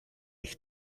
ich